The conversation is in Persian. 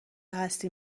هستی